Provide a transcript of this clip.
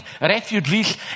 refugees